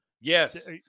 Yes